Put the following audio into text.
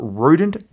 rodent